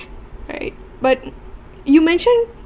right but you mentioned